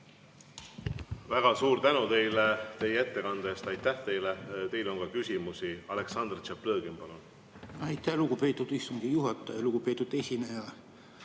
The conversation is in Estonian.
Väga suur tänu teile teie ettekande eest! Aitäh teile! Teile on ka küsimusi. Aleksandr Tšaplõgin, palun! Aitäh, lugupeetud istungi juhataja! Lugupeetud esineja!